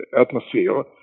atmosphere